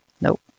Nope